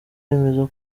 yemeza